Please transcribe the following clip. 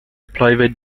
private